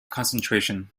concentration